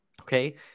Okay